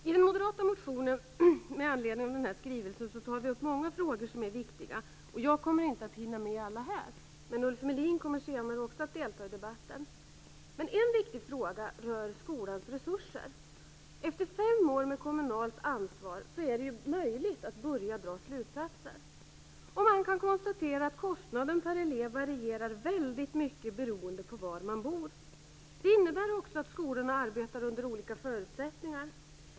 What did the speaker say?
I den moderata motionen med anledning av denna skrivelse tar vi upp många frågor som är viktiga. Jag kommer inte att hinna med alla här, men Ulf Melin kommer senare också att delta i debatten. En viktig fråga rör skolans resurser. Efter fem år med kommunalt ansvar är det möjligt att börja dra slutsatser. Man kan konstatera att kostnaden per elev varierar väldigt mycket beroende på var man bor. Det innebär också att skolorna arbetar under olika förutsättningar.